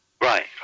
Right